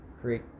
create